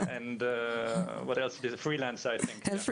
בוקר טוב לך אדוני,